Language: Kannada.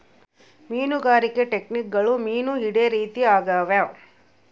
ಮೀನುಗಾರಿಕೆ ಟೆಕ್ನಿಕ್ಗುಳು ಮೀನು ಹಿಡೇ ರೀತಿ ಆಗ್ಯಾವ